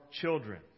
children